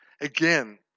Again